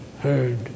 heard